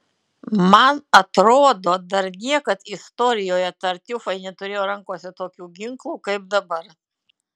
man atrodo dar niekad istorijoje tartiufai neturėjo rankose tokių ginklų kaip dabar